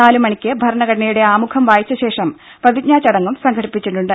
നാലുമണിക്ക് ഭരണഘടനയുടെ ആമുഖം വായിച്ച ശേഷം പ്രതിജ്ഞാ ചടങ്ങും സംഘടിപ്പിച്ചിട്ടുണ്ട്